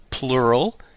Plural